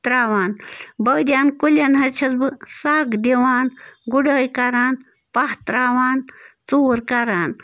ترٛاوان بٲدیٛان کُلٮ۪ن حظ چھَس بہٕ سَگ دِوان گُڈٲے کَران پاہ ترٛاوان ژوٗر کَران